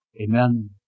Amen